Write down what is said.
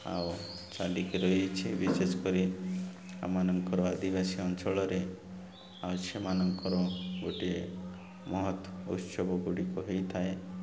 ଆଉ ଚାଲିକି ରହିଛି ବିଶେଷ କରି ଆମମାନଙ୍କର ଆଦିବାସୀ ଅଞ୍ଚଳରେ ଆଉ ସେମାନଙ୍କର ଗୋଟିଏ ମହତ୍ ଉତ୍ସବ ଗୁଡ଼ିକ ହେଇଥାଏ